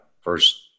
first